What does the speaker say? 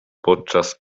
podczas